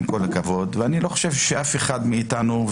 אני לא חושב שמישהו מאיתנו,